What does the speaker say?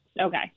Okay